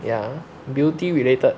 ya beauty related